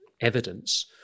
evidence